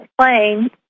plane